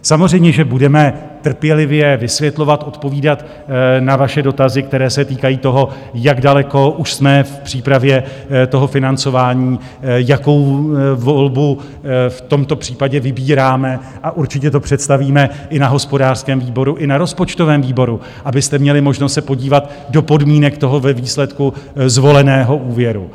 Samozřejmě že budeme trpělivě vysvětlovat, odpovídat na vaše dotazy, které se týkají toho, jak daleko už jsme v přípravě toho financování, jakou volbu v tomto případě vybíráme, a určitě to představíme i na hospodářském výboru i na rozpočtovém výboru, abyste měli možnost se podívat do podmínek toho ve výsledku zvoleného úvěru.